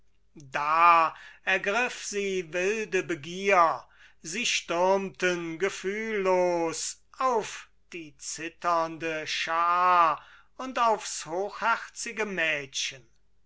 da ergriff sie wilde begier sie stürmten gefühllos auf die zitternde schar und aufs hochherzige mädchen